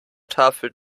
tafel